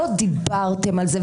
לא דיברתם על זה,